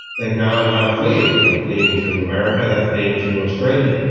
they are now now fleeing, they are fleeing to america, they are fleeing to australia.